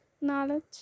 knowledge